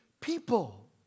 people